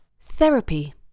Therapy